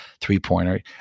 three-pointer